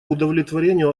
удовлетворению